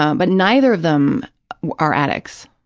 um but neither of them are addicts.